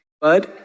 bud